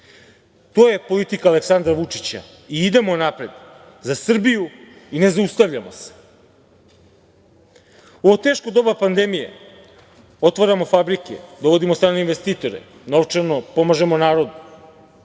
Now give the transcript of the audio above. To je politika Aleksandra Vučića i idemo napred, za Srbiju i ne zaustavljamo se.U ovo teško doba pandemije, otvaramo fabrike, dovodimo strane investitore, novčano pomažemo narodu,